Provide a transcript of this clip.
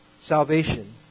salvation